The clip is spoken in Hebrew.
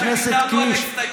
בגלל שוויתרנו על ההסתייגויות,